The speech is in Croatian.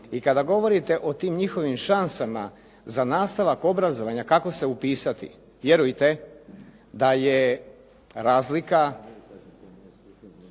I kada govorite o tim njihovim šansama za nastavak obrazovanja kako se upisati, vjerujte da je razlika